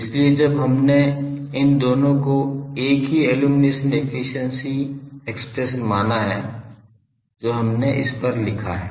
इसलिए जब हमने इन दोनों को एक ही इल्लुमिनेशन एफिशिएंसी एक्सप्रेशन माना है जो हमने इस पर लिखा है